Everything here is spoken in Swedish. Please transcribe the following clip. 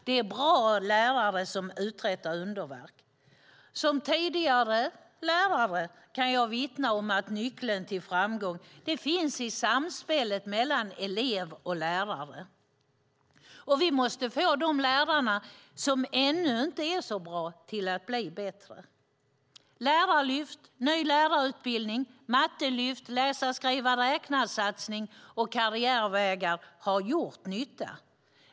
Det är bra lärare som uträttar underverk. Som tidigare lärare kan jag vittna om att nyckeln till framgång finns i samspelet mellan elev och lärare. Vi måste få de lärare som ännu inte är så bra att bli bättre. Lärarlyft, ny lärarutbildning, mattelyft, läsa-skriva-räkna-satsning och karriärvägar har gjort nytta.